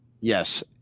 Yes